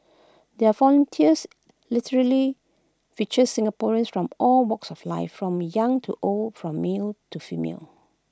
their volunteers literally featured Singaporeans from all walks of life from young to old from male to female